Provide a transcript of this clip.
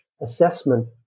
assessment